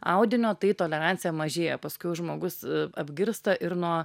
audinio tai tolerancija mažėja paskui jau žmogus apgirsta ir nuo